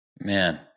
Man